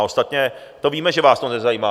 Ostatně to víme, že vás to nezajímá.